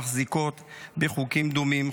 מחזיקות בחוקים דומים,